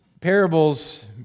parables